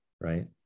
right